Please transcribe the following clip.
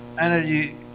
energy